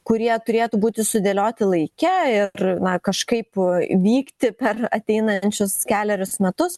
kurie turėtų būti sudėlioti laike ir na kažkaip vykti per ateinančius kelerius metus